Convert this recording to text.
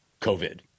COVID